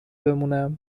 بمونم